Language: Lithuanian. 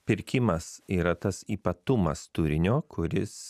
pirkimas yra tas ypatumas turinio kuris